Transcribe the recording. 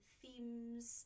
themes